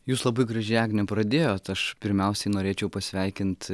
jūs labai gražiai agne pradėjot aš pirmiausiai norėčiau pasveikint